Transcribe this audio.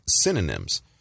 synonyms